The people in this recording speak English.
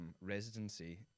residency